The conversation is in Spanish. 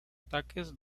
ataques